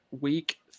week